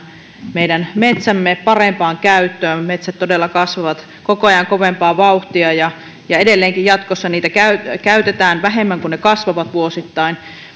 meidän metsämme parempaan käyttöön metsät todella kasvavat koko ajan kovempaa vauhtia ja ja jatkossa niitä edelleenkin käytetään vähemmän kuin mitä ne kasvavat vuosittain